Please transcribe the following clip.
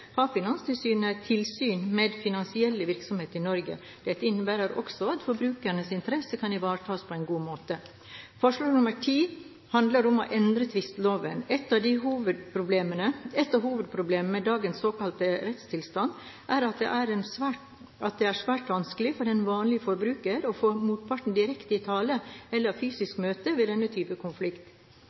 har Finanstilsynet tilsyn med finansiell virksomhet i Norge. Dette innebærer også at forbrukernes interesser kan ivaretas på en god måte. Forslag nr.10 handler om å endre tvisteloven. Et av hovedproblemene med dagens såkalte rettstilstand, er at det er svært vanskelig for den vanlige forbruker å få motparten direkte i tale eller fysisk møte ved denne type